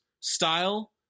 style